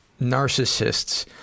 narcissists